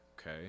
okay